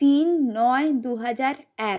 তিন নয় দু হাজার এক